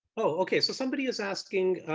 ok. so somebody is asking,